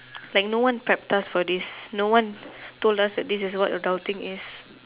like no one prepped us for this no one told us that this is what adulting is